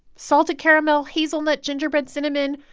salted caramel, hazelnut, gingerbread, cinnamon,